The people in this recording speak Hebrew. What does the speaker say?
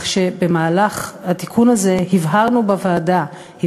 במהלך התיקון הזה הבהרנו בוועדה,